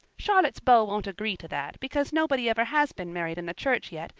charlotte's beau won't agree to that, because nobody ever has been married in the church yet,